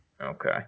okay